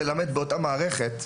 ללמד באותה המערכת,